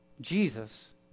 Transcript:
Jesus